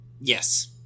Yes